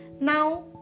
Now